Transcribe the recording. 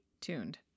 tuned